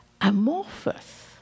amorphous